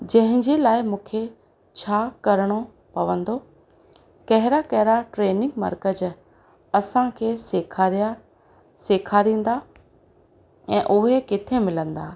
जंहिंजे लाइ मूंखे छा करिणो पवंदो कहिड़ा कहिड़ा ट्रेनिंग मर्कज़ु असांखे सेखारिया सेखारींदा ऐं उहे किथे मिलंदा